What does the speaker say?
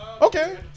Okay